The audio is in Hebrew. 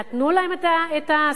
נתנו להם את השכר?